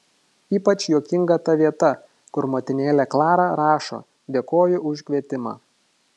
ypač juokinga ta vieta kur motinėlė klara rašo dėkoju už kvietimą